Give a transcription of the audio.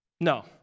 No